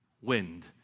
wind